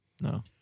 No